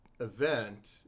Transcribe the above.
Event